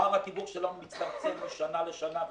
פער התיווך שלנו מצטמצם משנה לשנה.